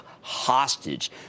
hostage